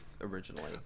originally